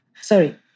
Sorry